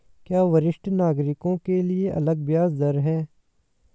क्या वरिष्ठ नागरिकों के लिए अलग ब्याज दर है?